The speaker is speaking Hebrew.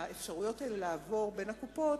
האפשרויות האלה לעבור בין הקופות,